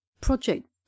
project